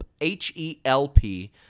H-E-L-P